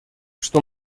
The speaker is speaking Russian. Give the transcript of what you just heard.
что